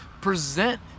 present